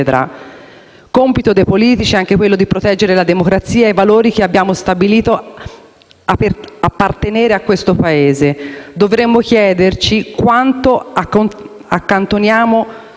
Compito dei politici è anche di proteggere la democrazia e i valori che abbiamo stabilito appartenere a questo Paese. Dovremmo chiederci, quando accantoniamo